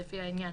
לפי העניין,